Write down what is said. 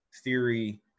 theory